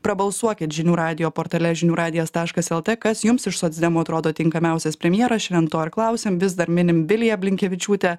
prabalsuokit žinių radijo portale žinių radijas taškas lt kas jums iš socdemų atrodo tinkamiausias premjeras šian to ir klausiam vis dar minim viliją blinkevičiūtę